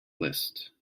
list